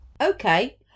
Okay